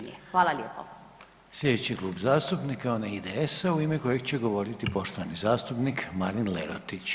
Sljedeći Klub zastupnika je onaj IDS-a u ime kojeg će govoriti poštovani zastupnik Marin Lerotić.